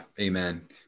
amen